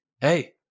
hey